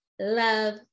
love